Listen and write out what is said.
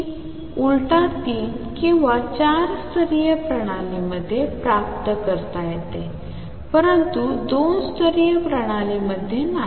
तीन उलटा तीन किंवा चार स्तरीय प्रणालींमध्ये प्राप्त करता येतो परंतु दोन स्तरीय प्रणालीमध्ये नाही